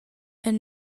and